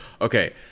okay